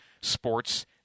Sports